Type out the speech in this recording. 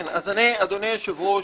אדוני היושב-ראש,